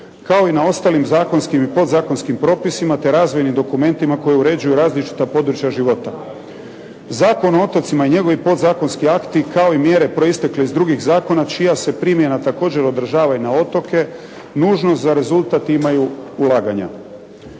kao i na ostalim zakonskim i podzakonskim propisima te razvojnim dokumentima koji uređuju različita područja života. Zakon o otocima i njegovi podzakonski akti kao i mjere proistekle iz drugih zakona čija se primjena također odražava i na otoke nužno za rezultat imaju ulaganja.